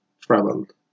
traveled